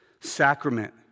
sacrament